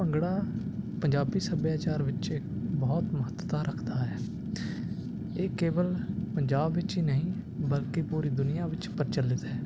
ਭੰਗੜਾ ਪੰਜਾਬੀ ਸੱਭਿਆਚਾਰ ਵਿੱਚ ਇੱਕ ਬਹੁਤ ਮਹੱਤਤਾ ਰੱਖਦਾ ਹੈ ਇਹ ਕੇਵਲ ਪੰਜਾਬ ਵਿੱਚ ਹੀ ਨਹੀਂ ਬਲਕਿ ਪੂਰੀ ਦੁਨੀਆਂ ਵਿੱਚ ਪ੍ਰਚਲਿਤ ਹੈ